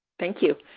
thank you.